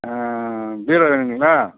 பீரோ வேணுங்களா